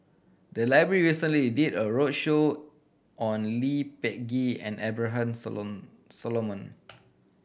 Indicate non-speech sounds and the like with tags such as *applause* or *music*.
the library recently did a roadshow on Lee Peh Gee and Abraham *unintelligible* Solomon